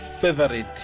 favorite